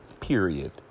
period